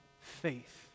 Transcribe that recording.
faith